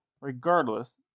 regardless